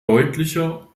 deutlicher